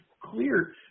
clear